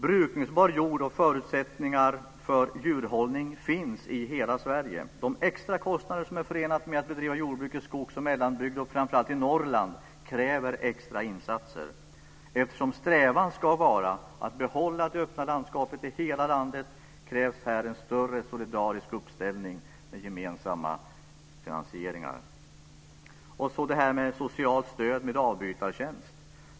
Brukningsbar jord och förutsättningar för djurhållning finns i hela Sverige. De extra kostnader som är förenat med att bedriva jordbruk i skogs och mellanbygd och framför allt i Norrland kräver extra insatser. Eftersom strävan ska vara att behålla det öppna landskapet i hela landet krävs här en större solidarisk uppställning med gemensamma finansieringar. Så har vi detta med socialt stöd till avbytartjänst.